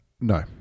No